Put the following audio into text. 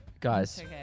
Guys